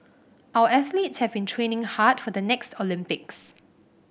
our athletes have been training hard for the next Olympics